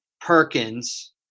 Perkins